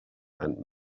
and